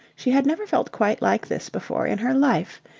she had never felt quite like this before in her life.